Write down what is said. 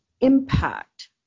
impact